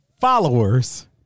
followers